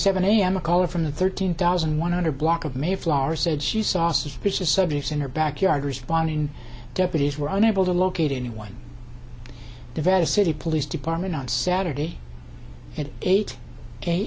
seven a m a caller from the thirteen thousand one hundred block of mayflower said she saw suspicious objects in her backyard responding deputies were unable to locate anyone divest city police department on saturday at eight